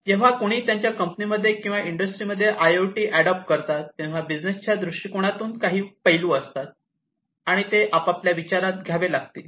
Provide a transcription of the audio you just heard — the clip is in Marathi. जेव्हा कुणी त्यांच्या कंपनी मध्ये किंवा इंडस्ट्री मध्ये I I O T adopt करतात तेव्हा बिझनेसच्या दृष्टीकोनातून काही पैलू असतात आणि ते आपल्याला विचारात घ्यावे लागतात